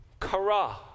kara